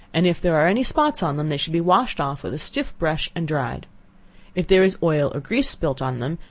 and if there are any spots on them, they should be washed off with a stiff brush and dried if there is oil or grease spilt on them,